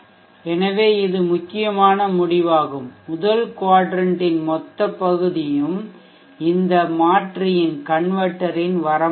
எனவே இது முக்கியமான முடிவாகும் முதல் க்வாட்ரன்ட் இன் மொத்த பகுதியும்இந்த மாற்றியின் வரம்பாகும்